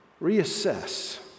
Reassess